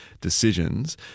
decisions